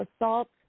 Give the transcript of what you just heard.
assault